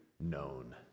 known